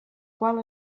qual